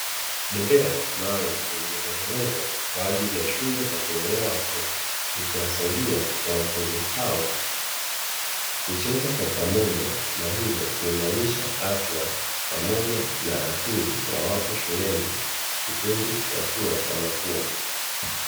Bembea maalumu zilizotengenezwa kwa ajili ya shule za kulelea watoto. Zikiwasaidia wanafunzi hao kucheza kwa pamoja na hivyo kuimarisha afya pamoja na akili wawapo shuleni, kipindi wakiwa wanakua.